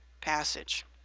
passage